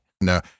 no